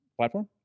platform